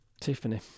Tiffany